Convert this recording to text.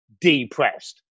depressed